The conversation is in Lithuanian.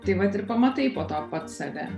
taip vat ir pamatai po to pats save